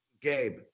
Gabe